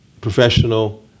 professional